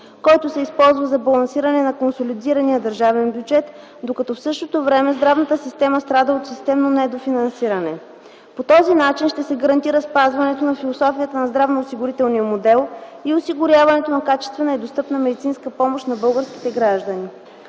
който се използва за балансиране на консолидирания държавен бюджет, докато в същото време здравната система страда от системно недофинансиране. По този начин ще се гарантира спазването на философията на здравноосигурителния модел и осигуряването на качествена и достъпна медицинска помощ за българските граждани.